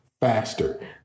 faster